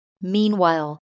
Meanwhile